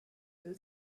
feel